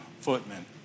footmen